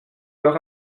leur